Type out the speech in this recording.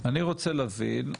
אני רוצה להבין,